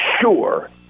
sure